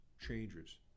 changes